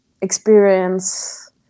experience